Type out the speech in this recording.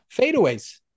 Fadeaways